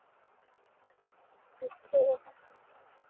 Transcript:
ᱩᱪᱪᱷᱮ